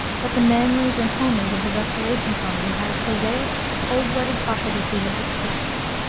but the manlys and homers of the restoration comedy have a prosaic, cold-blooded profligacy that disgusts.